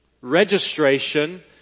registration